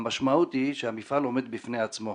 המשמעות היא שהמפעל עומד בפני עצמו,